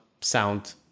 sound